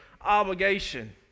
obligation